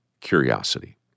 curiosity